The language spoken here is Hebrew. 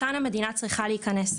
כאן המדינה צריכה להיכנס,